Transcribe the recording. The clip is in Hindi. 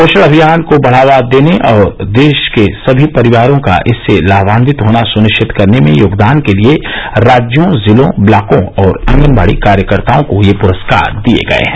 पोषण अभियान को बढ़ावा देने और देश के सभी परिवारों का इससे लाभान्वित होना सुनिश्चित करने में योगदान के लिए राज्यों जिलों ब्लॉकों और आंगनवाड़ी कार्यकर्ताओं को ये पुरस्कार दिए गए हैं